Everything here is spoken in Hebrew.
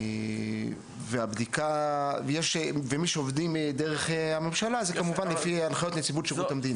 אם יש עובדים דרך הממשלה זה כמובן לפי הנחיות נציבות שירות המדינה.